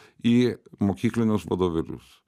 į mokyklinius vadovėlius